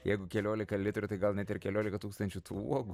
jeigu keliolika litrų tai gal net ir keliolika tūkstančių tų uogų